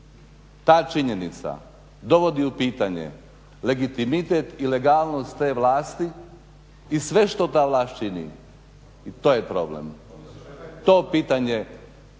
ta činjenica dovodi u pitanje legitimitet i legalnost te vlasti i sve što ta vlast čini i to je problem. To pitanje